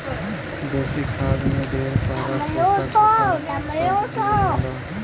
देसी खाद में ढेर सारा छोटा छोटा सब जीव होलन